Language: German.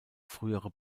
frühere